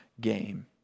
game